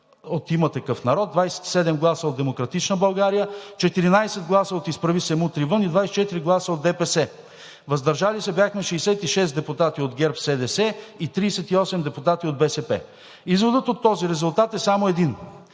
от „Има такъв народ“, 27 гласа от „Демократична България“, 14 гласа от „Изправи се! Мутри вън!“ и 24 гласа от ДПС. Въздържали се бяхме 66 депутати от ГЕРБ-СДС и 38 депутати от БСП. Изводът от този резултат е само един: